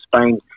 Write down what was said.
Spain